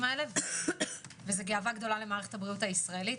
האלה וזו גאווה גדולה למערכת הבריאות הישראלית.